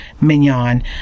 Mignon